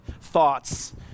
thoughts